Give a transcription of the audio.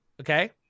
Okay